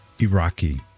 Iraqi